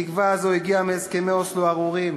התקווה הזאת הגיעה מהסכמי אוסלו הארורים,